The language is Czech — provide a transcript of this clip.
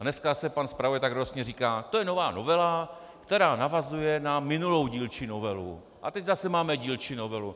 A dneska zase pan zpravodaj tak radostně říká: to je nová novela, která navazuje na minulou dílčí novelu, a teď zase máme dílčí novelu.